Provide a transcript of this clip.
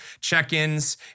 check-ins